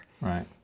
Right